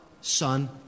Son